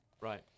Right